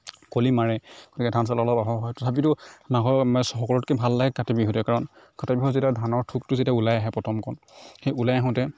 কলি মাৰে গতিকে ধান চাউলৰো অলপ অভাৱ হয় তথাপিতো মাঘৰ মানে সকলোতকৈ ভাল লাগে কাতি বিহুতে কাৰণ কাতি বিহুৰ যেতিয়া ধানৰ ঠোকটো যেতিয়া ওলাই আহে প্ৰথম কণ সেই ওলাই আহোঁতে